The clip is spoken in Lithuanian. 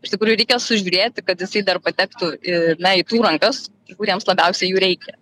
iš tikrųjų reikia sužiūrėti kad jisai dar patektų ii na į tų rankas kuriems labiausiai jų reikia